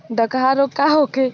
डकहा रोग का होखे?